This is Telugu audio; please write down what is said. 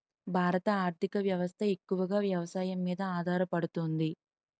భారత ఆర్థిక వ్యవస్థ ఎక్కువగా వ్యవసాయం మీద ఆధారపడుతుంది